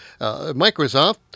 Microsoft